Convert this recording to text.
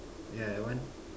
yeah I want